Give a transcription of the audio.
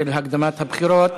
של הקדמת הבחירות.